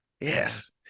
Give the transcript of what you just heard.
yes